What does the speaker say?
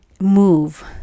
move